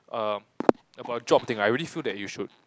err about job thing I really feel that you should